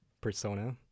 persona